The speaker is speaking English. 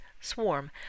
swarm